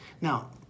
Now